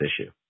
issue